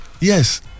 Yes